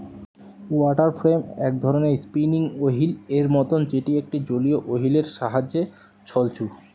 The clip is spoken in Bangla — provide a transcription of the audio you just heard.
ওয়াটার ফ্রেম এক ধরণের স্পিনিং ওহীল এর মতন যেটি একটা জলীয় ওহীল এর সাহায্যে ছলছু